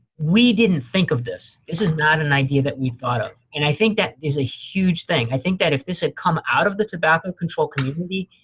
we didn't think of this. this is not an idea that we thought of and i think that is a huge thing. i think that if this had come out of the tobacco control community,